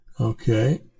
Okay